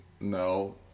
No